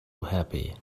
happy